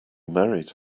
married